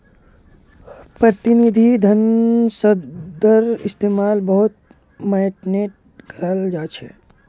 प्रतिनिधि धन शब्दर इस्तेमाल बहुत माय्नेट कराल जाहा